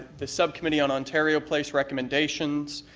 the subcommittee on ontario place recommendations,